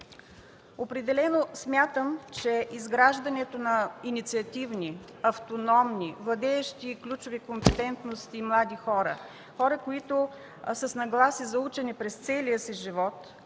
Определено смятам, че изграждането на инициативни, автономни, владеещи ключови компетентности млади хора, които са с нагласа за учене през целия си живот,